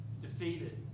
Defeated